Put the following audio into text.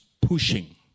pushing